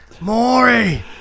Maury